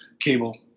cable